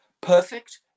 perfect